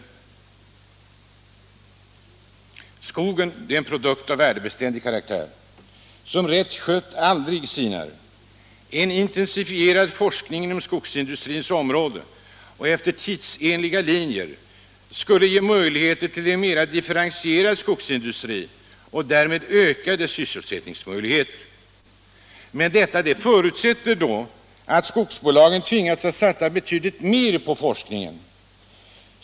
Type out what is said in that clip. Skogen är en produkt av värdebeständig karaktär som, rätt skött, aldrig sinar. En intensifierad forskning inom skogsindustrins område och efter tidsenliga linjer skulle ge möjligheter till en mera differentierad skogsindustri och därmed ökade sysselsättningsmöjligheter. Detta förutsätter dock att skogsbolagen tvingas att satsa betydligt mera på forskningen.